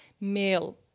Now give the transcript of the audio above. male